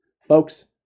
folks